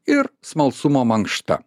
ir smalsumo mankšta